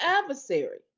adversary